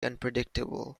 unpredictable